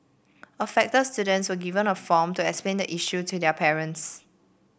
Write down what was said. affected students were given a form to explain the issue to their parents